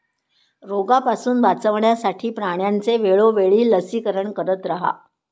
रोगापासून वाचवण्यासाठी प्राण्यांचे वेळोवेळी लसीकरण करत रहा